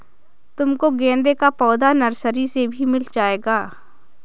तुमको गेंदे का पौधा नर्सरी से भी मिल जाएगा